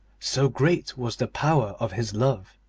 so great was the power of his love.